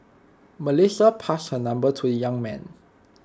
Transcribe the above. Melissa passed her number to young man